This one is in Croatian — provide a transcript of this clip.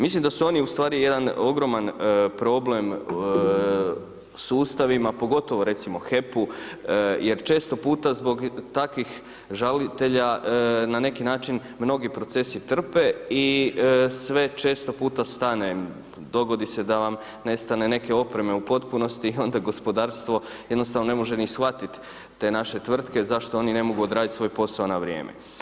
Mislim da su oni ustvari jedan ogroman problem sustavima pogotovo recimo HEP-u, jer često puta zbog takvih žalitelja na neki način mnogi procesi trpe i sve često puta stane, dogodi se da vam nestane neke opreme u potpunosti i onda gospodarstvo jednostavno ne može ni shvatiti te naše tvrtke zašto oni ne mogu odraditi svoj posao na vrijeme.